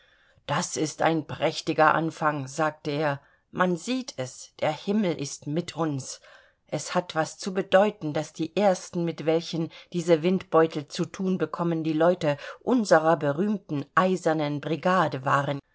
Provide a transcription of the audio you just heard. das ist ein prächtiger anfang sagte er man sieht es der himmel ist mit uns es hat was zu bedeuten daß die ersten mit welchen diese windbeutel zu thun bekommen die leute unserer berühmten eisernen brigade waren